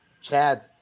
Chad